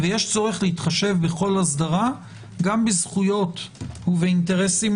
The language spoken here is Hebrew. ויש צורך להתחשב בכל אסדרה גם בזכויות ובאינטרסים